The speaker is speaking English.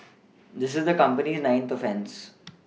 this is the company's ninth offence